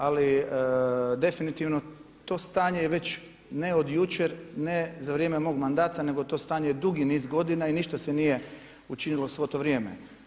Ali definitivno to stanje je već ne od jučer, ne za vrijeme mog mandata nego to stanje je dugi niz godina i ništa se nije učinilo svo to vrijeme.